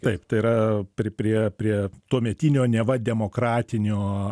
taip tai yra prie prie tuometinio neva demokratinio